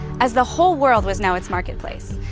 as the whole world was now its marketplace.